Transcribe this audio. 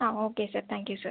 okay sir thank you sir